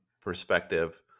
perspective